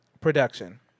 Production